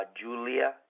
Julia